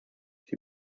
sie